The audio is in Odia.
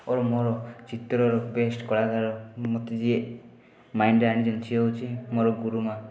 ଓ ମୋର ଚିତ୍ରର ବେଷ୍ଟ କଳାକାର ମୋତେ ଯିଏ ମାଇଣ୍ଡରେ ଆଣିଛନ୍ତି ସିଏ ହେଉଛି ମୋ ଗୁରୁମା